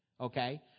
Okay